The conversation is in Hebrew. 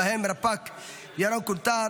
ובהם רפ"ק ירון קנטר